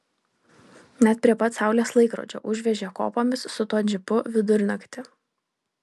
net prie pat saulės laikrodžio užvežė kopomis su tuo džipu vidurnaktį